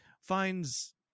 finds